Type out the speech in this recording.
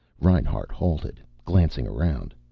reinhart halted, glancing around.